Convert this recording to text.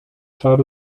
czar